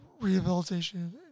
rehabilitation